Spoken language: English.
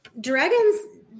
dragons